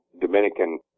Dominican